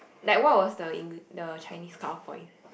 that one was the in the Chinese powerpoint